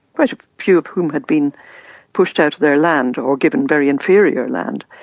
quite a few of whom had been pushed out of their land or given very inferior land,